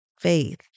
faith